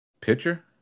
Pitcher